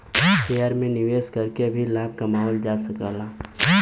share में निवेश करके भी लाभ कमावल जा सकला